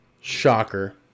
Shocker